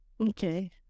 Okay